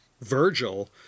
Virgil